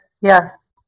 Yes